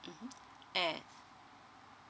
um eh